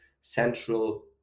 central